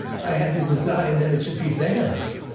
i had the desire that it should be better,